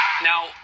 Now